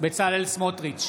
בצלאל סמוטריץ'